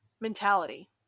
mentality